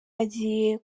agiye